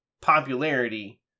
popularity